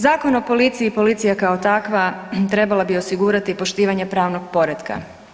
Zakon o policiji i policija kao takva trebala bi osigurati poštivanje pravnog poretka.